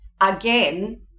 again